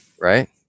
Right